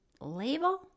label